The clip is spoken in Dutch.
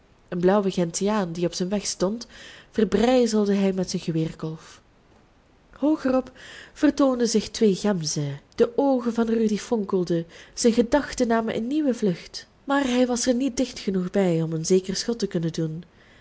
een blauwe gentiaan die op zijn weg stond verbrijzelde hij met zijn geweerkolf hoogerop vertoonden zich twee gemzen de oogen van rudy fonkelden zijn gedachten namen een nieuwe vlucht maar hij was er niet dicht genoeg bij om een zeker schot te kunnen doen